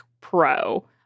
Pro